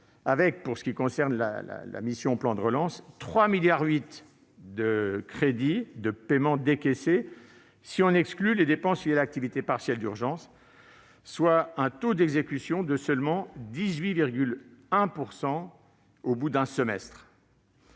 avec, pour la mission « Plan de relance », 3,8 milliards d'euros de crédits de paiement décaissés, si l'on exclut les dépenses liées à l'activité partielle d'urgence, soit un taux d'exécution de seulement 18,1 % au bout d'un semestre.